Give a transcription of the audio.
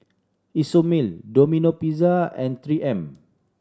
Isomil Domino Pizza and Three M